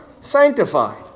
sanctified